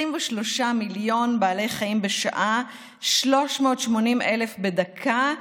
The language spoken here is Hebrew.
23 מיליון בעלי חיים בשעה, 380,000 בדקה,